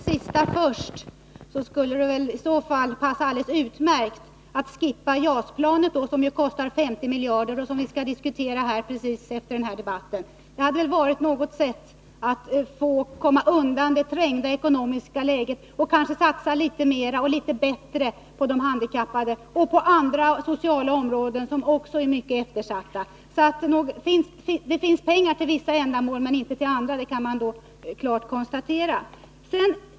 Herr talman! För att ta det sista först vill jag säga att det skulle i så fall passa alldeles utmärkt att slopa JAS-planet som kostar 50 miljarder och som vi skall diskutera omedelbart efter den här debatten. Det hade väl varit ett sätt att komma undan det trängda ekonomiska läget och i stället satsa litet mera och litet bättre på de handikappade och på andra sociala områden som är mycket eftersatta. Det finns pengar till vissa ändamål men inte till andra, det kan jag då klart konstatera.